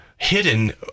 hidden